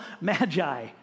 magi